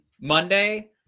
Monday